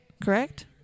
Correct